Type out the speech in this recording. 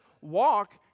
walk